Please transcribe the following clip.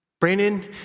Brandon